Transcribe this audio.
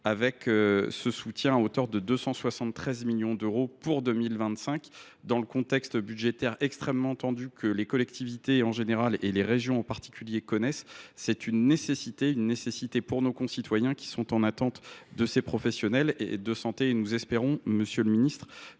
avec ce soutien à hauteur de 273 millions d’euros pour 2025, dans le contexte budgétaire extrêmement tendu que les collectivités en général et les régions en particulier connaissent. C’est une nécessité pour nos concitoyens, qui sont en attente de ces professionnels de santé. Nous espérons, monsieur le ministre,